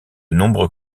nombreux